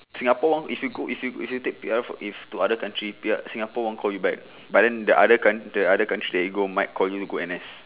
singapore one if you go if you if you take P_R for if to other country P_R singapore won't call you back but then the other coun~ the other country that you go might call you go N_S